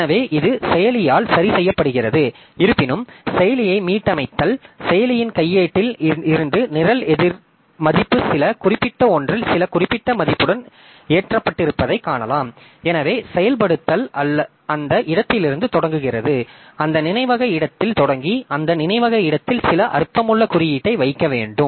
எனவே இது செயலியால் சரி செய்யப்படுகிறது இருப்பினும் செயலியை மீட்டமைத்தால் செயலியின் கையேட்டில் இருந்து நிரல் எதிர் மதிப்பு சில குறிப்பிட்ட ஒன்றில் சில குறிப்பிட்ட மதிப்புடன் ஏற்றப்பட்டிருப்பதைக் காணலாம் எனவே செயல்படுத்தல் அந்த இடத்திலிருந்து தொடங்குகிறது அந்த நினைவக இடத்தில் தொடங்கி அந்த நினைவக இடத்தில் சில அர்த்தமுள்ள குறியீட்டை வைக்க வேண்டும்